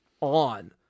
on